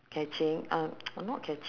catching uh not catch~